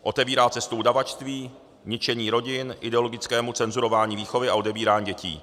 Otevírá cestu udavačství, ničení rodin, ideologickému cenzurování výchovy a odebírání dětí.